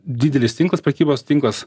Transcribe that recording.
didelis tinklas prekybos tinklas